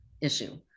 issue